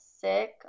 sick